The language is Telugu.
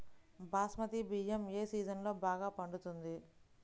బాస్మతి బియ్యం ఏ సీజన్లో బాగా పండుతుంది?